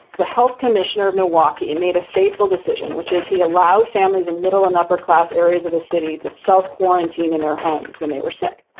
the health commissioner of milwaukee made a fateful decision, which is he allowed families and middle and upper class areas of the city to self-quarantine self-quarantine in their homes when they were sick.